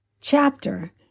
chapter